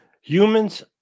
Humans